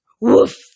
Woof